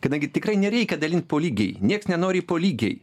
kadangi tikrai nereikia dalint po lygiai nieks nenori po lygiai